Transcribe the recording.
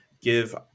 give